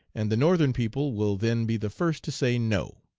and the northern people will then be the first to say no